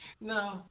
No